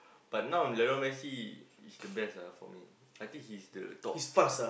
but now Lionel-Messi is the best ah for me I think he's the top